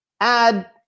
add